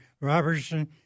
Robertson